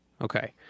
okay